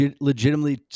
legitimately